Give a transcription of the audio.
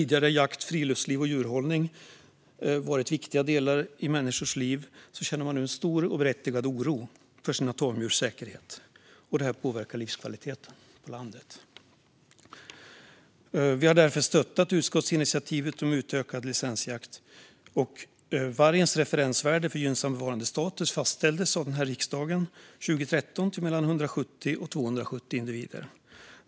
Där jakt, friluftsliv och djurhållning tidigare varit viktiga delar i människors liv känner man nu stor och berättigad oro för sina tamdjurs säkerhet. Detta påverkar livskvaliteten på landet, och vi har därför stöttat utskottsinitiativet om utökad licensjakt. Vargens referensvärde för gynnsam bevarandestatus fastställdes 2013 av riksdagen till mellan 170 och 270 individer.